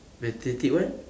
pathetic what